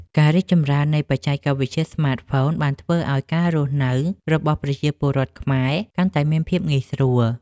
ការរីកចម្រើននៃបច្ចេកវិទ្យាស្មាតហ្វូនបានធ្វើឱ្យការរស់នៅរបស់ពលរដ្ឋខ្មែរកាន់តែមានភាពងាយស្រួល។